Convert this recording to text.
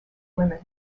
women